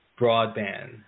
broadband